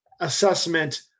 assessment